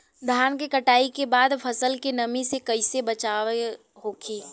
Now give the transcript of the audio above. धान के कटाई के बाद फसल के नमी से कइसे बचाव होखि?